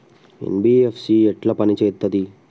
NBFC ఎట్ల పని చేత్తది?